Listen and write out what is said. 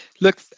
look